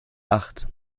acht